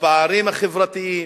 בפערים החברתיים,